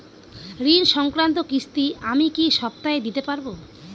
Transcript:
ঋণ সংক্রান্ত কিস্তি আমি কি সপ্তাহে দিতে পারবো?